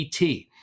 ET